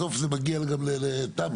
זה מגיע גם לתמ"א,